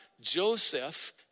Joseph